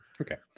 Okay